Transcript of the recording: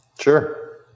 Sure